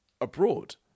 abroad